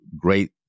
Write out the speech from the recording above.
great